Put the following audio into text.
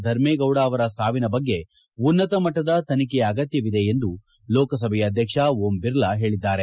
ಧರ್ಮೇಗೌಡ ಅವರ ಸಾವಿನ ಬಗ್ಗೆ ಉನ್ನತ ಮಟ್ಟದ ತನಿಖೆಯ ಅಗತ್ಕವಿದೆ ಎಂದು ಲೋಕಸಭೆಯ ಅಧ್ಯಕ್ಷ ಓಂ ಜಿರ್ಲಾ ಹೇಳಿದ್ದಾರೆ